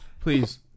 Please